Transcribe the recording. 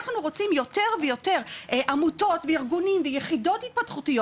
אנחנו רוצים יותר ויותר עמותות וארגונים ויחידות התפתחותיות